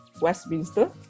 Westminster